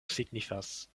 signifas